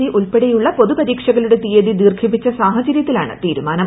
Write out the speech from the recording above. C ഉൾപ്പെടെയുള്ള പൊതു പരീക്ഷകളുടെ തീയതി ദീർഘിപ്പിച്ച സാഹചര്യത്തിലാണ് തീരുമാനം